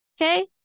okay